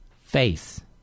faith